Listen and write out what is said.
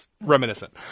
reminiscent